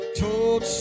told